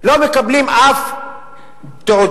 לא מקבלים אף תעודה.